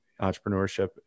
entrepreneurship